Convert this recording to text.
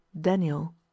Daniel